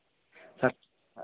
sir